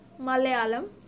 Malayalam